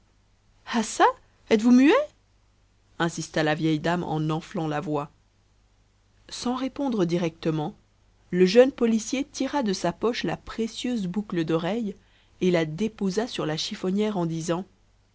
ah çà êtes-vous muet insista la vieille dame en enflant la voix sans répondre directement le jeune policier tira de sa poche la précieuse boucle d'oreille et la déposa sur la chiffonnière en